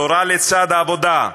תורה לצד עבודה,